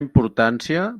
importància